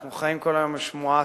אנחנו חיים כל היום על "שמועתי",